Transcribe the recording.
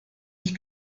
ich